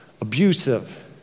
abusive